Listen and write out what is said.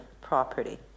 property